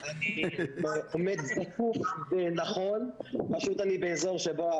חסר נתון הכי קריטי באסטרטגיית